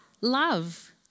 love